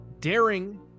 daring